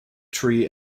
tree